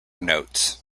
notes